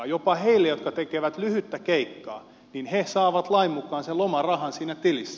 jopa ne jotka tekevät lyhyttä keikkaa saavat lain mukaan sen lomarahan siinä tilissä